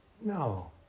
no